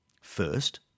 First